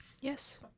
yes